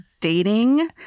dating